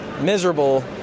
miserable